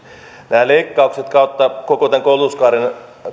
nämä leikkaukset kautta koko tämän koulutuskaaren